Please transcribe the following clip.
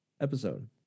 episode